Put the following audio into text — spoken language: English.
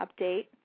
update